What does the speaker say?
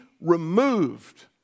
removed